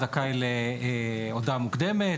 הוא זכאי להודעה מוקדמת,